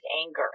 anger